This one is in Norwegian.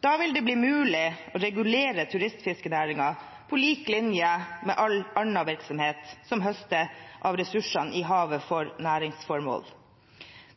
Da vil det bli mulig å regulere turistfiskenæringen, på lik linje med all annen virksomhet som høster av ressursene i havet for næringsformål.